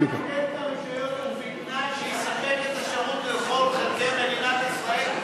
הספק קיבל את הזיכיון הזה ובלבד שיספק את השירות לכל חלקי מדינת ישראל,